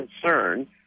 concern